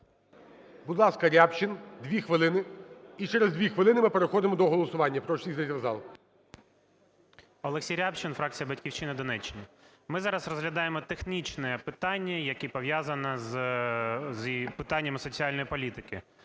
Олексій Рябчин, фракція "Батьківщина", Донеччина. Ми зараз розглядаємо технічне питання, яке пов'язано з питанням соціальної політики.